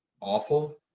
awful